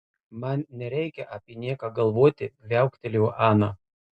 man nereikia apie nieką galvoti viauktelėjo ana